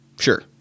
Sure